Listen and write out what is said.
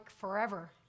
forever